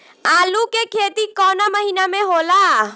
आलू के खेती कवना महीना में होला?